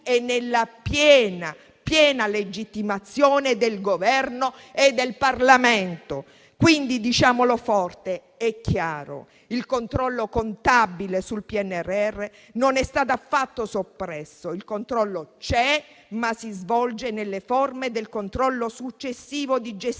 è nella piena legittimazione del Governo e del Parlamento. Diciamo quindi forte e chiaro che il controllo contabile sul PNRR non è stato affatto soppresso; il controllo c'è, ma si svolge nelle forme del controllo successivo di gestione